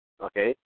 okay